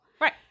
Right